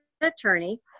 attorney